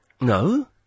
No